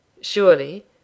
surely